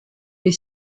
they